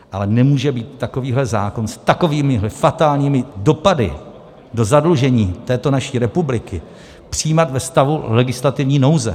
Ale nemůže být takovýhle zákon s takovými fatálními dopady do zadlužení této naší republiky přijímán ve stavu legislativní nouze.